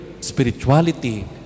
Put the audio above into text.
spirituality